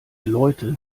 leute